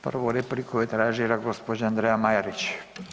Prvu repliku je tražila gospođa Andreja Marić.